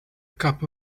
cup